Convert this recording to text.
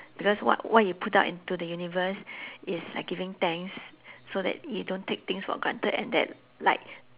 because what what you put out into the universe is like giving thanks so that you don't take things for granted and then like